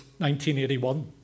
1981